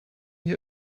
hier